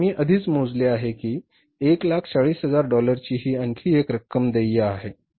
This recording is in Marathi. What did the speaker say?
ते आम्ही आधीच मोजले आहे की 140000 डॉलरची ही आणखी एक रक्कम देय आहे